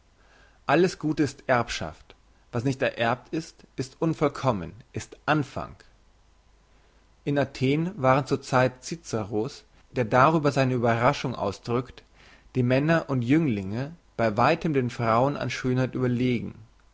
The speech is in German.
alles gute ist erbschaft was nicht ererbt ist ist unvollkommen ist anfang in athen waren zur zeit cicero's der darüber seine überraschung ausdrückt die männer und jünglinge bei weitem den frauen an schönheit überlegen